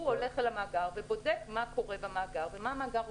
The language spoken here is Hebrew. הוא הולך אל המאגר ובודק מה קורה במאגר ומה המאגר עושה.